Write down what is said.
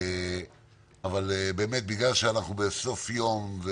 בגלל שאנחנו בסוף יום,